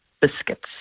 biscuits